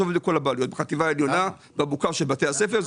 בחטיבה העליונה, במוכר בבתי הספר.